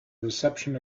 reception